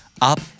Up